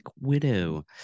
widow